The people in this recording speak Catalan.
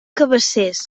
cabacés